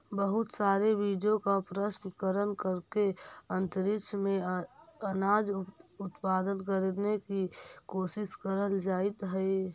बहुत सारे बीजों का प्रशन करण करके अंतरिक्ष में अनाज उत्पादन करने की कोशिश करल जाइत हई